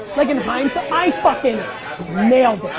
like in. i fucking nailed